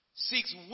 seeks